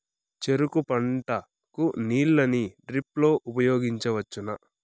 చెరుకు పంట కు నీళ్ళని డ్రిప్ లో ఉపయోగించువచ్చునా?